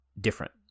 different